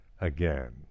again